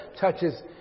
touches